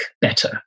better